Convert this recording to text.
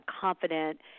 confident